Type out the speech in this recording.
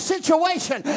situation